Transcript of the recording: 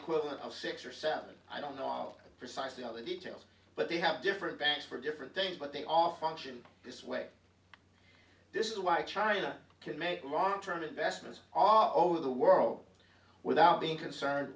equivalent of six or seven i don't know precisely all the details but they have different banks for different things but they all function this way this is why china can make long term investments are all over the world without being concerned